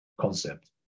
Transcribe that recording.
concept